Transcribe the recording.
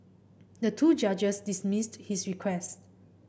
the two judges dismissed his request